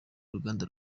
uruganda